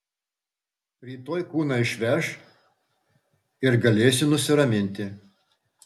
rytoj kūną išveš ir galėsiu nusiraminti